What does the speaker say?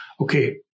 okay